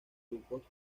grupos